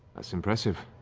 that's impressive.